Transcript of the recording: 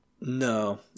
No